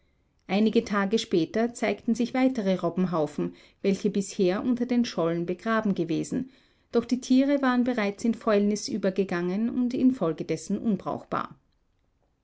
einige tage später zeigten sich weitere robbenhaufen welche bisher unter den schollen begraben gewesen doch die tiere waren bereits in fäulnis übergegangen und infolgedessen unbrauchbar